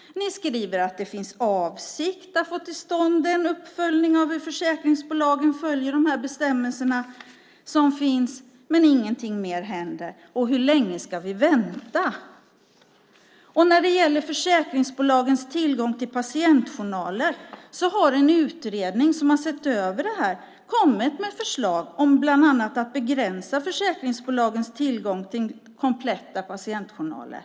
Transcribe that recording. Ni skriver att det finns en avsikt att få till stånd en uppföljning av hur försäkringsbolagen följer de bestämmelser som finns, men ingenting händer. Hur länge ska vi vänta? När det gäller försäkringsbolagens tillgång till patientjournaler har en utredning som sett över detta kommit med förslag om att bland annat begränsa försäkringsbolagens tillgång till kompletta patientjournaler.